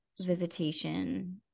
visitation